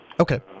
Okay